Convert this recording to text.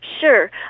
Sure